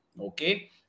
okay